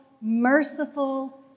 merciful